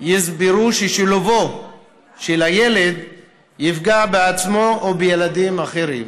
יסברו ששילובו של הילד יפגע בו עצמו או בילדים אחרים.